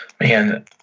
Man